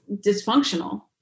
dysfunctional